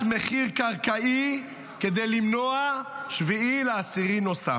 מחיר קרקעי כדי למנוע 7 באוקטובר נוסף.